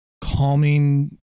calming